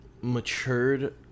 matured